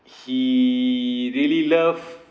he really love